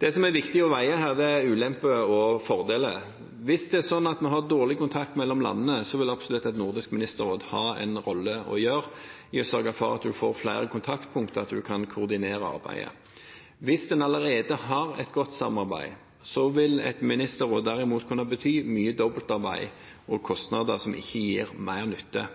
Det som er viktig å veie her, er ulemper og fordeler. Hvis det var sånn at vi hadde dårlig kontakt mellom landene, ville et nordisk ministerråd absolutt ha en rolle å spille i å sørge for at vi fikk flere kontaktpunkt, at vi kunne koordinere arbeidet. Hvis en allerede har et godt samarbeid, vil et ministerråd derimot kunne bety mye dobbeltarbeid og kostnader som ikke gir mer nytte.